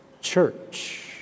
church